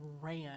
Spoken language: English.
ran